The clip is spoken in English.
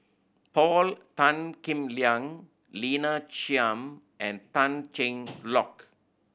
Paul Tan Kim Liang Lina Chiam and Tan Cheng Lock